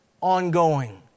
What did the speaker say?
ongoing